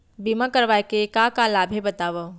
बीमा करवाय के का का लाभ हे बतावव?